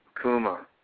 Kuma